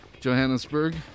Johannesburg